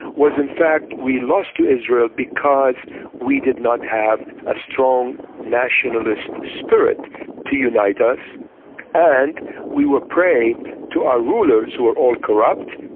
was in fact we lost to israel because we did not have a strong nationalist spirit to unite us and we were prey to our rulers, who were all corrupt,